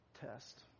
test